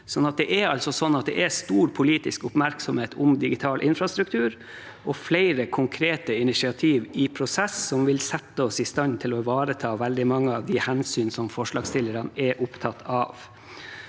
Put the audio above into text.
det er stor politisk oppmerksomhet om digital infrastruktur og flere konkrete initiativer i prosess som vil sette oss i stand til å ivareta veldig mange av de hensynene forslagsstillerne er opptatt av.